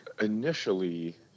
initially